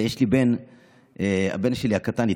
הבן הקטן שלי,